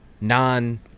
non